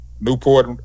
Newport